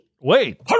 Wait